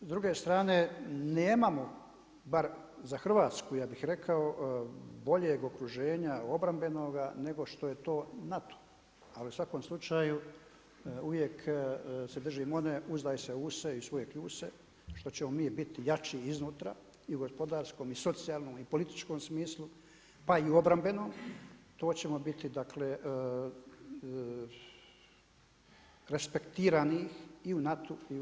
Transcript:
S druge strane, nemamo bar za Hrvatsku ja bih rekao, boljeg okruženja obrambenoga nego što je to NATO a u svakom slučaju uvijek se držim one „Uzdaj se u se i u svoje kljuse“, što ćemo mi biti jači iznutra i gospodarskom i socijalnom i političkom smislu, pa i obrambenom, to ćemo biti dakle respektirani i NATO i u svijetu.